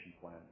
plan